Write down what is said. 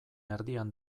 erdian